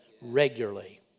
regularly